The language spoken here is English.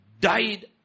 died